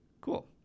cool